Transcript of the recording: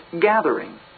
gathering